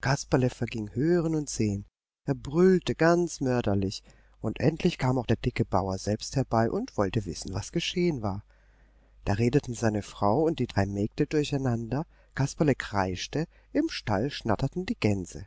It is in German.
kasperle verging hören und sehen er brüllte ganz mörderlich und endlich kam auch der dicke bauer selbst herbei und wollte wissen was geschehen war da redeten seine frau und die drei mägde durcheinander kasperle kreischte im stall schnatterten die gänse